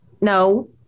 No